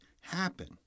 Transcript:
happen